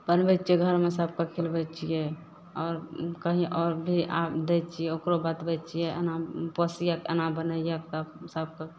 बनबय छियै घरमे सबके खिलबय छियै आओर कहीं आओर भी दै छियै ओकरो बतबय छियै एना पोसीहक एना बनैहक तब सबके